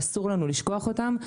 ואסור לנו לשכוח אותן.